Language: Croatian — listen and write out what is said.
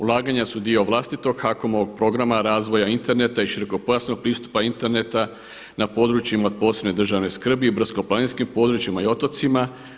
Ulaganja su dio vlastitog HAKOM-ovog Programa razvoja interneta i širokopojasnog pristupa interneta na područjima od posebne državne skrbi i brdsko-planinskim područjima i otocima.